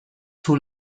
too